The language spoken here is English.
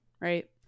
right